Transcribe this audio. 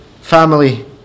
family